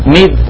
Need